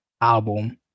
album